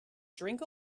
drink